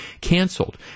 canceled